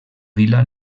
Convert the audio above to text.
vila